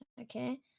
okay